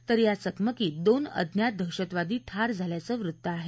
तर या चकमकीत दोन अज्ञात दहशतवादी ठार झाल्याचं वृत्त आहे